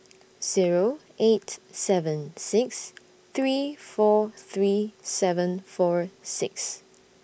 Zero eight seven six three four three seven four six